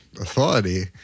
Authority